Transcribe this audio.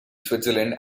switzerland